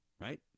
right